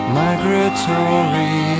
migratory